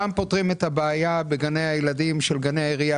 פעם פותרים את הבעיה בגני הילדים של גני העירייה,